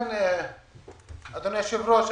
אדוני היושב-ראש,